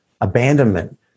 abandonment